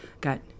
got